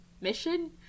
mission